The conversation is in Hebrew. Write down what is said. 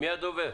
מי הדובר?